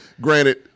granted